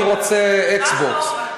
אני רוצה אקס בוקס,